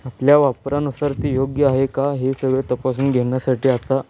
आपल्या वापरानुसार ते योग्य आहे का हे सगळे तपासून घेण्यासाठी आता